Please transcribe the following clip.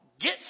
Get